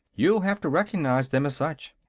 you'll have to recognize them as such.